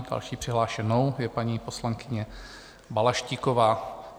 Další přihlášenou je paní poslankyně Balaštíková.